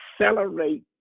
accelerate